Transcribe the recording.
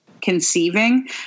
conceiving